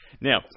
Now